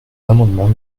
l’amendement